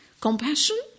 compassion